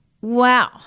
Wow